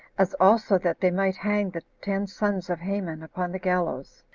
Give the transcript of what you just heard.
as also that they might hang the ten sons of haman upon the gallows.